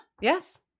Yes